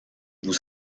vous